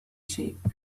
shape